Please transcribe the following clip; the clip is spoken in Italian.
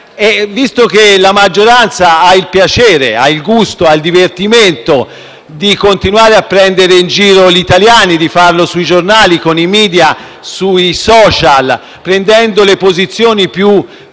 Visto che la maggioranza ha piacere, ha gusto, prova divertimento nel continuare a prendere in giro gli italiani sui giornali, con i *media,* sui *social network* prendendo le posizioni più